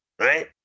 right